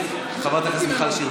חברת הכנסת מיכל שיר,